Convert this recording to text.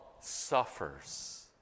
suffers